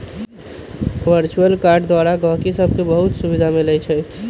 virtual card द्वारा गहकि सभके बहुते सुभिधा मिलइ छै